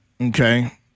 Okay